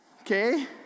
okay